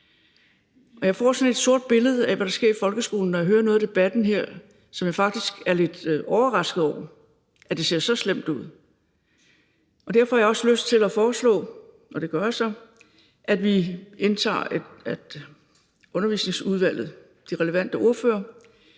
Jeg får sådan et sort billede af, hvad der sker i folkeskolen, når jeg hører noget af debatten her, og jeg er faktisk lidt overrasket over, at det ser så slemt ud, og derfor har jeg også lyst til at foreslå, og det gør jeg så, at Undervisningsudvalget med de relevante ordførere